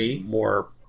more